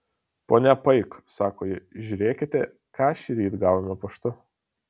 ponia paik sako ji žiūrėkite ką šįryt gavome paštu